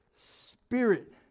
spirit